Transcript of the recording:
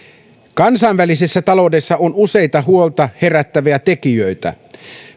kansainvälisessä taloudessa on useita huolta herättäviä tekijöitä